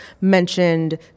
mentioned